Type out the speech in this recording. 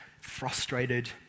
frustrated